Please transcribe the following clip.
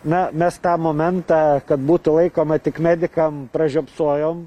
na mes tą momentą kad būtų laikoma tik medikam pražiopsojom